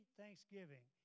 thanksgiving